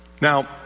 Now